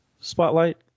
spotlight